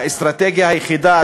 האסטרטגיה היחידה,